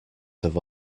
have